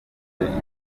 agifite